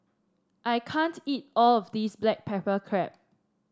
I can't eat all of this Black Pepper Crab